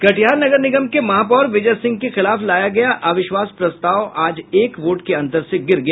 कटिहार नगर निगम के महापौर विजय सिंह के खिलाफ लाया गया अविश्वास प्रस्ताव आज एक वोट के अंतर से गिर गया